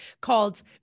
called